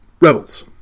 rebels